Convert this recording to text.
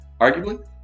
arguably